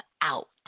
out